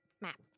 map